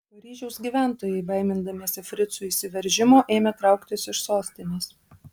paryžiaus gyventojai baimindamiesi fricų įsiveržimo ėmė trauktis iš sostinės